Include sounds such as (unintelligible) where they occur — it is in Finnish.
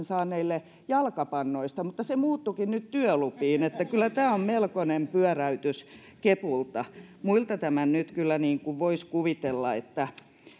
(unintelligible) saaneille jalkapannoista mutta se muuttuikin nyt työluviksi niin että kyllä tämä on melkoinen pyöräytys kepulta muilta tämän nyt kyllä voisi kuvitella että